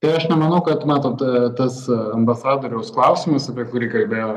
tai aš nemanau kad matome ta tas ambasadoriaus klausimas apie kurį kalbėjo